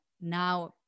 now